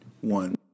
One